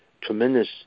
tremendous